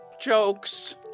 jokes